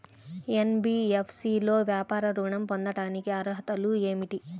NBFC లో వ్యాపార ఋణం పొందటానికి అర్హతలు ఏమిటీ?